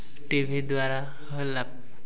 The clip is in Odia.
ଟିଭି ଦ୍ୱାରା ହେଲା